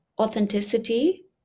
authenticity